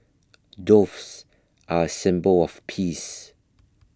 doves are a symbol of peace